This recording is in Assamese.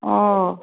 অ'